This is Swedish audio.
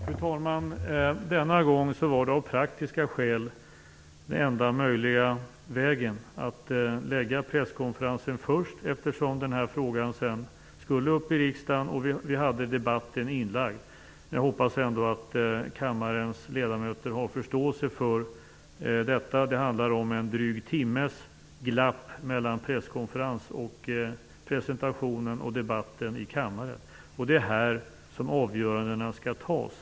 Fru talman! Denna gång var av praktiska skäl den enda möjliga vägen att lägga presskonferensen först, eftersom frågan sedan skulle debatteras i riksdagen och debatten var inlagd i planeringen. Jag hoppas ändå att kammarens ledamöter har förståelse för detta. Det handlar om en dryg timmes glapp mellan presskonferens och presentationen och debatten i kammaren, och det är här som avgörandena skall fattas.